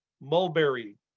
mulberry